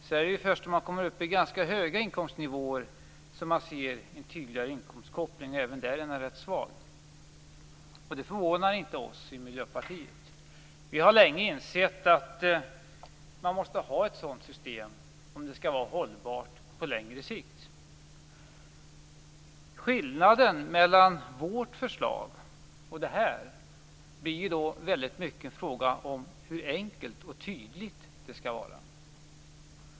Det är först vid ganska höga inkomstnivåer som man ser en tydligare - men fortfarande svag - inkomstkoppling. Det förvånar inte oss i Miljöpartiet. Vi har länge insett att det måste finnas ett sådant system om det skall vara hållbart på längre sikt. Skillnaden mellan vårt förslag och det nu liggande förslaget är en fråga om hur enkelt och tydligt det skall vara.